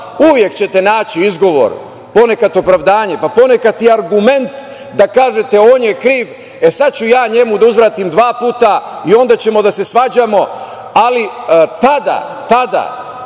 Uvek ćete naći izgovor, ponekad opravdanje, ponekad i argument da kažete – on je kriv, sad ću ja njemu da uzvratim dva puta i onda ćemo da se svađamo. Tada nije